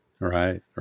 Right